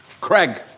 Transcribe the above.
Craig